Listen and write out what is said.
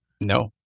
No